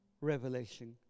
revelation